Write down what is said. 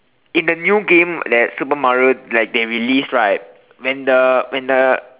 in the new game that Super Mario like they release right when the when the